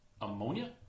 ammonia